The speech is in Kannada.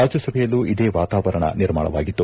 ರಾಜ್ಥಸಭೆಯಲ್ಲೂ ಇದೇ ವಾತಾವರಣ ನಿರ್ಮಾಣವಾಗಿತ್ತು